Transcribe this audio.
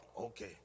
Okay